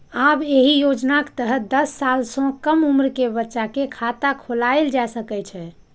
आब एहि योजनाक तहत दस साल सं कम उम्र के बच्चा के खाता खोलाएल जा सकै छै